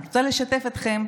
אני רוצה לשתף אתכם,